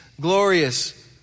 glorious